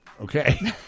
Okay